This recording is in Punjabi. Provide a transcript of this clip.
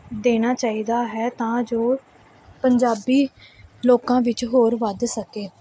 ਦੇਣਾ ਚਾਹੀਦਾ ਹੈ ਤਾਂ ਜੋ ਪੰਜਾਬੀ ਲੋਕਾਂ ਵਿੱਚ ਹੋਰ ਵੱਧ ਸਕੇ